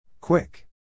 Quick